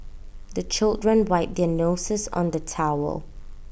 the children wipe their noses on the towel